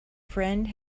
friend